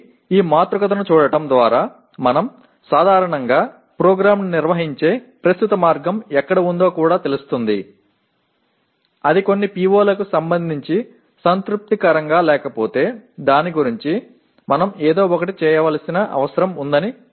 இந்த மேட்ரிக்ஸை உண்மையில் பார்ப்பதன் மூலம் நாம் பொதுவாக எங்கிருந்து திட்டத்தை நடத்துகிறோம் என்பதை அறிந்து கொள்வோம் சில POக்களைப் பொறுத்தவரை திருப்திகரமாக இல்லாவிட்டால் அது பற்றி நாம் ஏதாவது செய்ய வேண்டும் என்பதற்கான அறிகுறியாக மாறும்